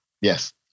Yes